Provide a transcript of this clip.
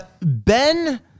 Ben